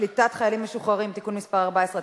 קליטת חיילים משוחררים (תיקון מס' 14),